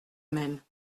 même